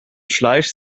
fleisch